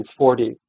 1940